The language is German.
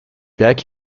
berg